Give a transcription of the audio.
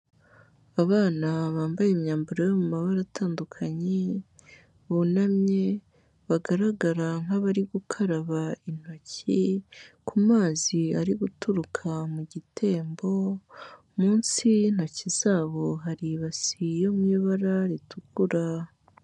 Abana bambaye imyambaro yo mu mabara atandukanye, bunamye, bagaragara nk'abari gukaraba intoki, ku mazi ari guturuka mu gitembo, munsi y'intoki zabo hari ibasi yo mu ibara ritukura.